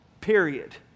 Period